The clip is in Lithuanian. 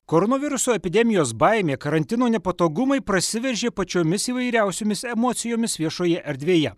koronaviruso epidemijos baimė karantino nepatogumai prasiveržė pačiomis įvairiausiomis emocijomis viešoje erdvėje